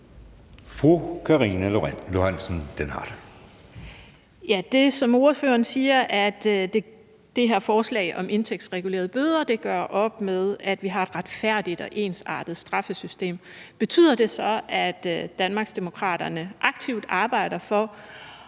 Karina Lorentzen Dehnhardt (SF): Ordføreren siger, at det her forslag om indtægtsregulerede bøder gør op med, at vi har et retfærdigt og ensartet straffesystem. Betyder det så, at Danmarksdemokraterne aktivt arbejder for